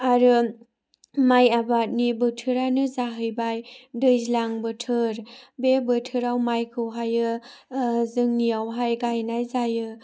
आरो माइ आबादनि बोथोरानो जाहैबाय दैज्लां बोथोर बे बोथोराव माइखौहायो जोंनियावहाय गायनाय जायो